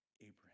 Abraham